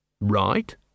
Right